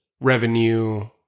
revenue